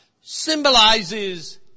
symbolizes